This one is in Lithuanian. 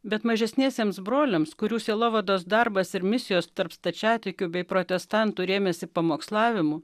bet mažesniesiems broliams kurių sielovados darbas ir misijos tarp stačiatikių bei protestantų rėmėsi pamokslavimu